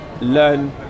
learn